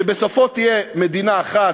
שבסוף תהיה מדינה אחת.